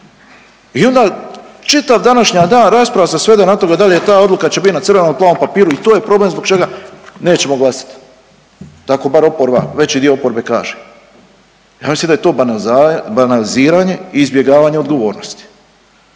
i onda čitav današnji dan rasprava se svede na to da li će ta odluka biti na crvenom, plavom papiru i to je problem zbog čega nećemo glasati. Tako bar oporba, veći dio oporbe kaže. Ja mislim da je to banaliziranje i izbjegavanje odgovornosti.